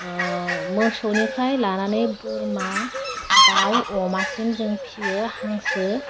ओह मोसौनिफ्राय लानानै बोरमा दाव अमासिम जों फियो हांसो